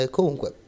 Comunque